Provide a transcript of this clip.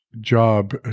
job